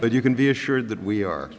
but you can be assured that we are